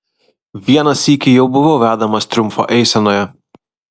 vieną sykį jau buvau vedamas triumfo eisenoje